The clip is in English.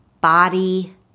body